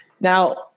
Now